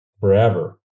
forever